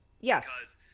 yes